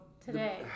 today